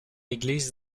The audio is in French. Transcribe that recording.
église